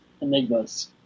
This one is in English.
enigmas